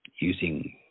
using